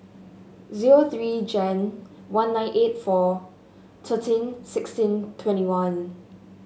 zero three Jan one nine eight four thirteen sixteen twenty one